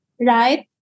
right